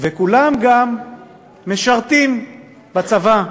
וכולם גם משרתים בצבא.